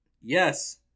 Yes